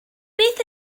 beth